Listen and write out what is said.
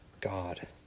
God